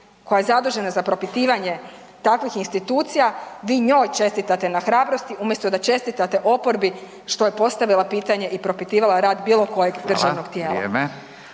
koja je zadužena za propitivanje takvih institucija vi njoj čestitate na hrabrosti umjesto da čestitate oporbi što je postavila pitanje i propitivala rad bilo kojeg državnog tijela.